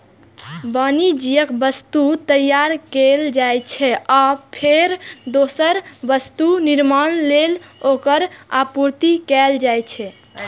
वाणिज्यिक वस्तु तैयार कैल जाइ छै, आ फेर दोसर वस्तुक निर्माण लेल ओकर आपूर्ति कैल जाइ छै